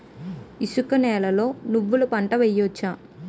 ఇసుక నేలలో నువ్వుల పంట వేయవచ్చా?